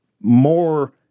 more